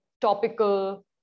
topical